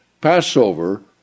Passover